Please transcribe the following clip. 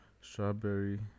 Strawberry